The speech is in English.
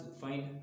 find